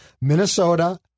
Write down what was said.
Minnesota